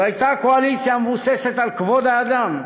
זו הייתה קואליציה המבוססת על כבוד האדם,